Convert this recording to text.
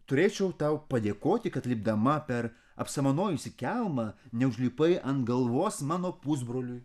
turėčiau tau padėkoti kad lipdama per apsamanojusį kelmą neužlipai ant galvos mano pusbroliui